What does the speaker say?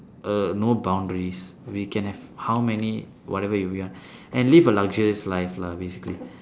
err no boundaries we can have how many whatever we want and live a luxurious life lah basically